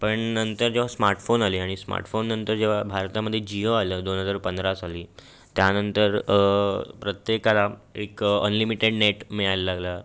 पण नंतर जेव्हा स्मार्टफोन आले आणि स्मार्टफोन नंतर जेव्हा भारतामध्ये जीओ आलं दोन हजार पंधरा साली त्यानंतर प्रत्येकाला एक अनलिमिटेड नेट मिळायला लागलं